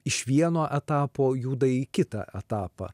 iš vieno etapo juda į kitą etapą